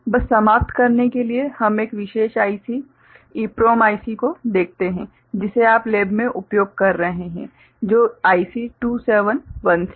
बस समाप्त करने के लिए हम एक विशेष EPROM IC को देखते हैं जिसे आप लैब में उपयोग कर रहे हैं जो IC 2716 है